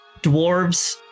Dwarves